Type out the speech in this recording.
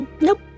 Nope